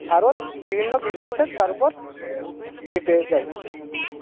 আরো বিভিন্ন বিধিনিষেধ তার ওপর চেপে যায়